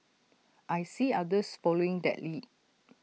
I see others following that lead